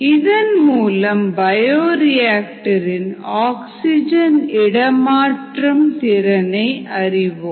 இதன் மூலம் பயோரிஆக்டர் இன் ஆக்சிஜன் இடமாற்றம் திறனை அறிவோம்